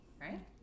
Right